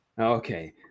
Okay